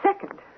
Second